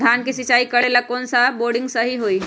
धान के सिचाई करे ला कौन सा बोर्डिंग सही होई?